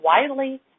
widely